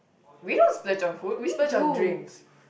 we don't splurge on food we splurge on drinks